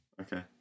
okay